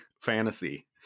fantasy